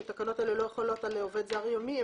שהתקנות האלה לא חלות על עובד זר יומי,